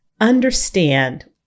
understand